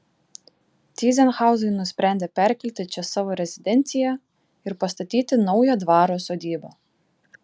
tyzenhauzai nusprendė perkelti čia savo rezidenciją ir pastatyti naują dvaro sodybą